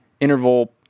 Interval